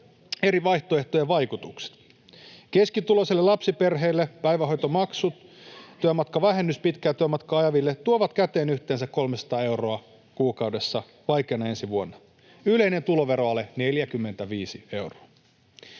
eri vaihtoehtojen vaikutukset. Keskituloiselle lapsiperheelle päivähoitomaksut ja pitkää työmatkaa ajavien työmatkavähennys tuovat käteen yhteensä yli 300 euroa kuukaudessa vaikeana ensi vuonna, yleinen tuloveroale 45 euroa.